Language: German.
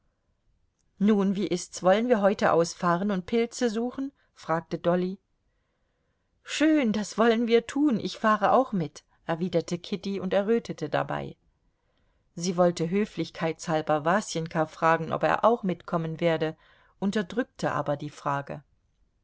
nun wie ist's wollen wir heute ausfahren und pilze suchen fragte dolly schön das wollen wir tun ich fahre auch mit erwiderte kitty und errötete dabei sie wollte höflichkeitshalber wasenka fragen ob er auch mitkommen werde unterdrückte aber die frage